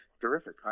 terrific